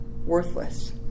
Worthless